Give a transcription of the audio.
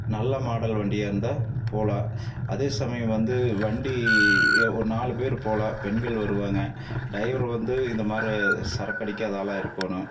நல்ல மாடல் வண்டியாக இருந்தால் போகலாம் அதே சமயம் வந்து வண்டி ஒரு நாலு பேர் போகலாம் பெண்கள் வருவாங்க டிரைவர் வந்து இந்த மாரி சரக்கு அடிக்காத ஆளாக இருக்கணும்